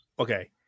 Okay